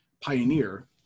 Pioneer